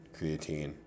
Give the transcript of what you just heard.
creatine